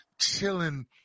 chilling